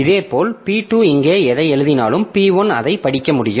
இதேபோல் P2 இங்கே எதை எழுதினாலும் P1 அதைப் படிக்க முடியும்